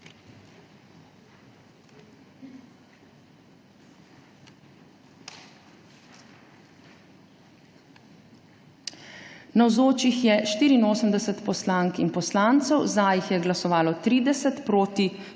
Navzočih je 84 poslank in poslancev, za jih je glasovalo 30,